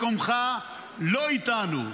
מקומך לא איתנו.